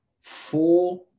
four